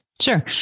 Sure